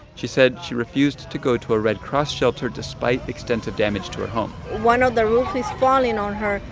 she said she refused to go to a red cross shelter despite extensive damage to a home one of the roof is falling on her.